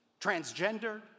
transgender